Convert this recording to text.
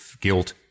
guilt